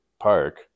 park